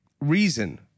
reason